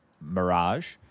Mirage